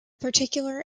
particular